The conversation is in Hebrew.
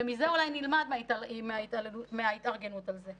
ומזה אולי נלמד מההתארגנות על זה.